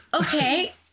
Okay